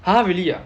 !huh! really ah